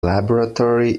laboratory